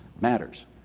matters